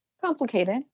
complicated